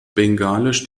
bengalisch